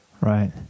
right